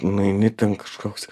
nueini ten kažkoks